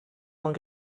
vingt